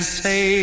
say